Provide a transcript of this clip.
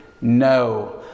No